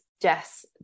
Jess